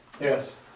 Yes